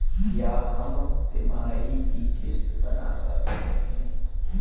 क्या हम तिमाही की किस्त बना सकते हैं?